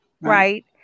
Right